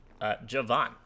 Javon